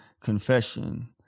confession